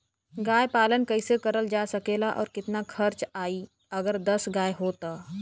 गाय पालन कइसे करल जा सकेला और कितना खर्च आई अगर दस गाय हो त?